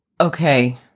Okay